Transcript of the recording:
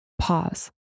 Pause